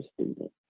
student